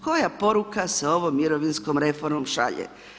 Koja poruka se ovom mirovinskom reformom staže.